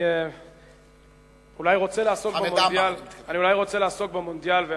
אני אולי רוצה לעסוק במונדיאל,